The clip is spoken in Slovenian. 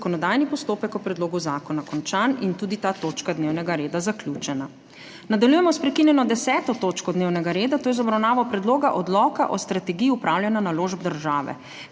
zakonodajni postopek o predlogu zakona končan in tudi ta točka dnevnega reda zaključena. Nadaljujemo s **prekinjeno 10. točko dnevnega reda, to je z obravnavo Predloga odloka o strategiji upravljanja naložb države.**